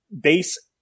base